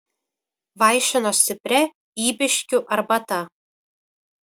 vaišino stipria ybiškių arbata